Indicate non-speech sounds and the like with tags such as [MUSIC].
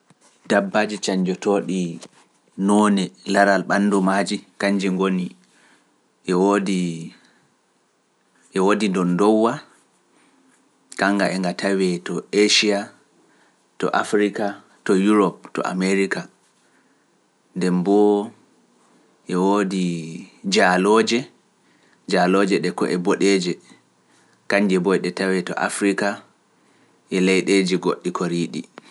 [NOISE] Dabbaaji cannjotooɗi noone laral ɓanndu maaji kannji ngoni, e woodi, e woodi ndonndoowa, kannga e nga tawee to Eeciya, to Afirika, to Yuroop, to Ameerika, nde boo e woodi jaalooje, jaalooje ɗe ko'e boɗeeje, kannje boo e ɗe tawee to Afirika, e leyɗeeji goɗɗi koriiɗi.